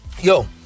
Yo